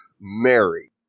Mary